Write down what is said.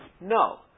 No